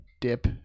dip